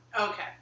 Okay